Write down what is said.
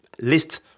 list